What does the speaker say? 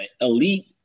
elite